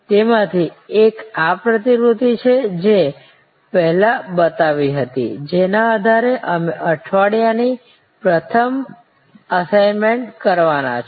તેમાંથી એક આ પ્રતિકૃતિ છે જે પહેલા બતાવી હતી જેના આધારે તમે અઠવાડિયાની પ્રથમ અસાઇનમેન્ટ કરવાના છો